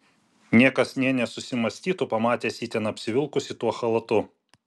niekas nė nesusimąstytų pamatęs jį ten apsivilkusį tuo chalatu